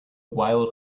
wild